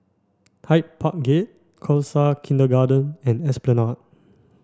Hyde Park Gate Khalsa Kindergarten and Esplanade